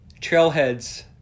Trailheads